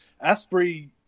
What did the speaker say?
Asprey